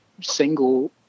single